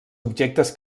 objectes